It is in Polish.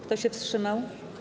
Kto się wstrzymał?